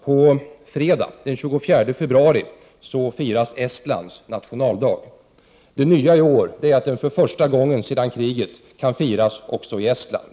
På fredag den 24 februari firas Estlands nationaldag. Det nya i år är att den för första gången sedan kriget kan firas också i Estland.